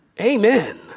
Amen